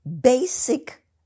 basic